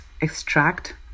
extract